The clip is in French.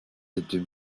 était